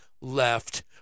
left